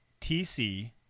TC